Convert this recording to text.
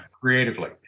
creatively